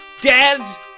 Dad's